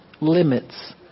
limits